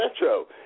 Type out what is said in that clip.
metro